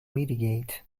mitigate